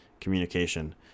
communication